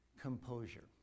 Composure